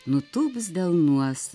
nutūps delnuos